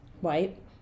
white